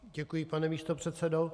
Děkuji, pane místopředsedo.